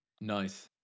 Nice